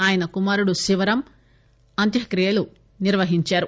ఆయన కుమారుడు శివరాం అంత్యక్రియలు నిర్వహించారు